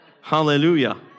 Hallelujah